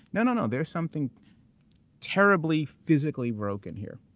no, no, no. there's something terribly physically broken here.